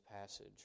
passage